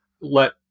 let